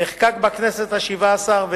נחקק בכנסת השבע-עשרה,